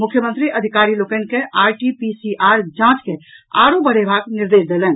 मुख्यमंत्री अधिकारी लोकनि के आरटीपीसीआर जाँच के आरो बढ़ेबाक निर्देश देलनि